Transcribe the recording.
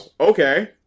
Okay